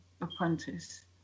Apprentice